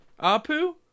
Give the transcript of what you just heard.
Apu